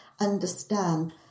understand